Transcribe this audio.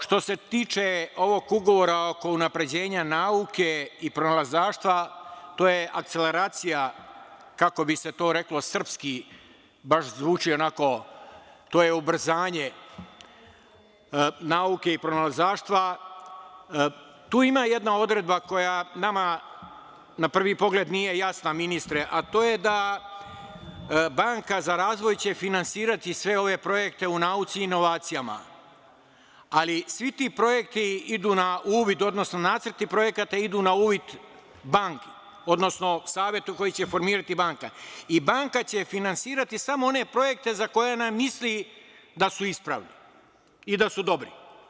Što se tiče ovog ugovora oko unapređenja nauke i pronalazaštva, to je akceleracija, kako bi se to reklo srpski baš zvuči, to je ubrzanje nauke i pronalazaštva, tu ima jedna odredba koja nama na prvi pogled nije jasna, ministre, a to je da Banka za razvoj će finansirati sve ove projekte u nauci i inovacijama, ali svi ti projekti idu na uvid, odnosno nacrt i projekat idu na uvid banci, odnosno savetu koji će formirati banka, i banka će finansirati samo projekte za one za koje ona misli da su ispravni i da su dobri.